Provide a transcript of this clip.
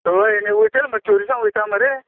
हय आनी वयतली मुरे चोरिसां वयतां मुरे